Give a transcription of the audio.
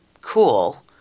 cool